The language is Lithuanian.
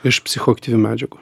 iš psichoaktyvių medžiagų